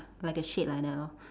like a shade like that lor